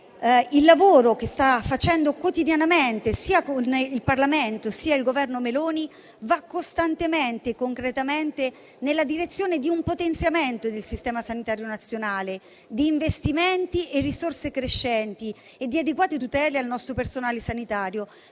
Il lavoro che si sta facendo quotidianamente, sia con il Parlamento sia con il Governo Meloni, va costantemente e concretamente nella direzione di un potenziamento del sistema sanitario nazionale, di investimenti e risorse crescenti e di adeguate tutele al nostro personale sanitario,